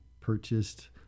purchased